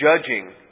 judging